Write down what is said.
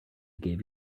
gave